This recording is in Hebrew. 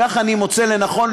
כך אני מוצא לנכון,